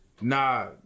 nah